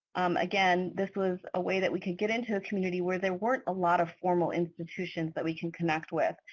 again this was a way that we could get into her community where there weren't a lot of formal institutions that we could connect with.